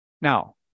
Now